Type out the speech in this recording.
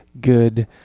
good